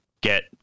get